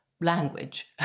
language